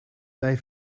bij